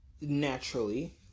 naturally